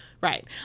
Right